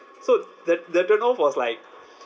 so the the turn-off was like